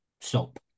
soap